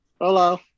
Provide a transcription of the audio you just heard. Hello